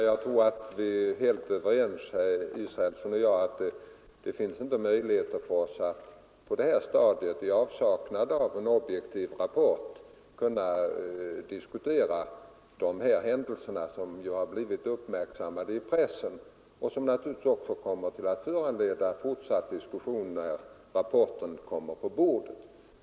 Herr talman! Jag tror att herr Israelsson och jag är helt överens om att det inte finns möjligheter för oss att på det här stadiet, i avsaknad av en objektiv rapport, diskutera de här händelserna, som har blivit uppmärksammade i pressen och som naturligtvis också kommer att föranleda fortsatt diskussion när rapporten kommer på bordet.